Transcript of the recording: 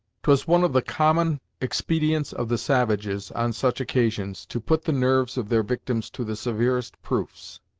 twas one of the common expedients of the savages, on such occasions, to put the nerves of their victims to the severest proofs.